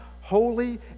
Holy